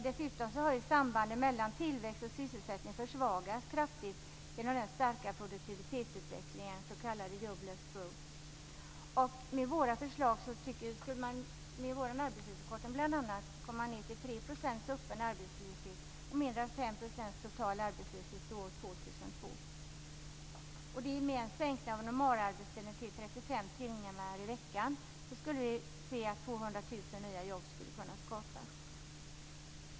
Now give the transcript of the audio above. Dessutom har sambandet mellan tillväxt och sysselsättning försvagats kraftigt genom den starka produktivitetsutvecklingen, den s.k. jobless growth. Med Miljöpartiets förslag, bl.a. det om arbetstidsförkortningen, skulle man komma ned till 3 % öppen arbetslöshet och mindre än 5 % total arbetslöshet till år 2002. timmar i veckan skulle 200 000 nya jobb kunna skapas.